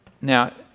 Now